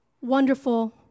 wonderful